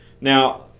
Now